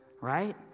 right